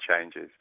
changes